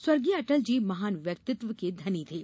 स्व अटल जी महान व्यक्तित्व के धनी थे